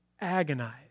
Agonize